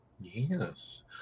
Yes